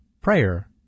Prayer